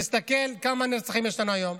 תסתכל כמה נרצחים יש לנו היום.